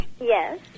Yes